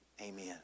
Amen